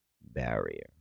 barrier